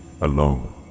alone